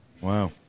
wow